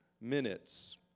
minutes